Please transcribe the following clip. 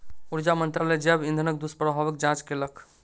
ऊर्जा मंत्रालय जैव इंधनक दुष्प्रभावक जांच केलक